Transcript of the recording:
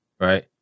Right